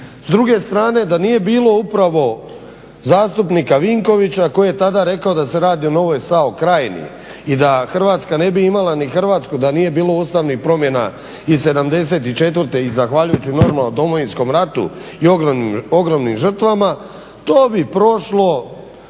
S druge strane da nije bilo upravo zastupnika Vinkovića koji je tada rekao da se radi o novoj SAO Krajina i da Hrvatska ne bi imala ni Hrvatsku da nije bilo ustavnih promjena iz '74. i zahvaljujući normalno Domovinskom rata i ogromnim žrtvama, to bi prošlo